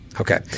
Okay